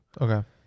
okay